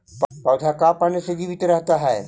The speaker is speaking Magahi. पौधा का पाने से जीवित रहता है?